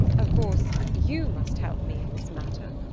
of course you must help me in this matter.